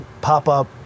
pop-up